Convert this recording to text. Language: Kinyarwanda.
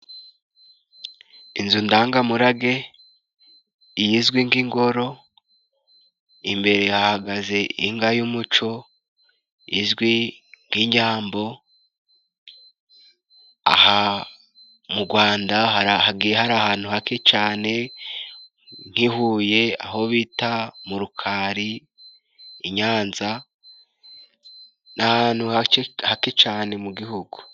Inzu ndangamurage iyi izwi nk'ingoro, imbere hahagaze inga y'umuco izwi ng'inyambo. Aha mu Gwanda hari hagiye hari ahantu hake cane nk'i huye aho bita mu rukari i nyanza, ni ahantu hace hake cane mu gihugu.